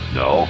no